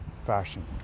fashion